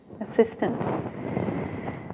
assistant